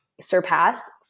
surpass